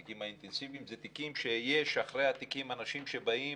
תיקים אינטנסיביים אלה תיקים שמאחורי התיקים יש אנשים שבאים